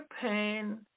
pain